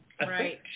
Right